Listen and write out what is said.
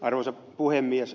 arvoisa puhemies